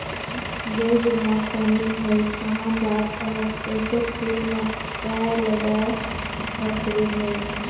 जय जोहार समीत भाई, काँहा जात अहस एसो खेत म काय लगाय हस रे भई?